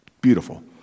beautiful